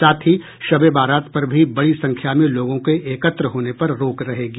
साथ ही शब ए बरात पर भी बड़ी संख्या में लोगों के एकत्र होने पर रोक रहेगी